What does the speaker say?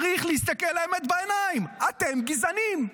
צריך להסתכל לאמת בעיניים: אתם גזענים.